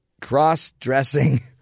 cross-dressing